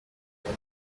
meza